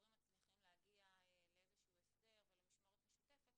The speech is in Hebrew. והורים מצליחים להגיע לאיזשהו הסדר ולמשמורת משותפת,